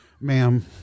ma'am